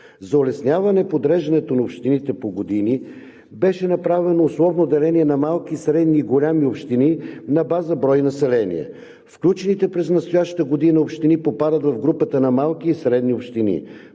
За улесняване подреждането на общините по години беше направено условно деление на малки, средни и големи общини на база брой население. Включените през настоящата година общини попадат в групата на малки и средни общини.